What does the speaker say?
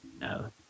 No